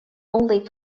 only